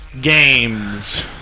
Games